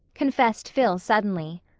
confessed phil suddenly.